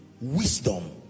wisdom